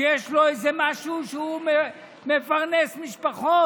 שיש לו איזה משהו שהוא מפרנס משפחות,